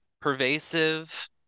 pervasive